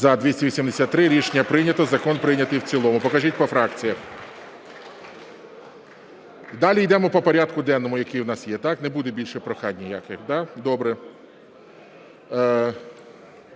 За-283 Рішення прийнято. Закон прийнятий в цілому. Покажіть по фракціях. Далі йдемо по порядку денному, який в нас є. Так? Не буде більше прохань ніяких, так? Добре.